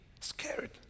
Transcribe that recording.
scared